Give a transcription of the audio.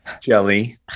Jelly